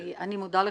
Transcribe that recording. אני מודה לך,